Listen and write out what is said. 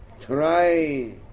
Try